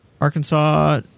Arkansas